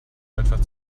einfach